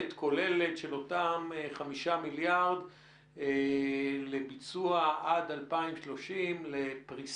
כוללת של אותם 5 מיליארד לביצוע עד 2030 לפריסה.